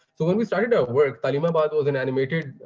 so when we started our work, taleemabad was an animated